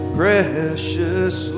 precious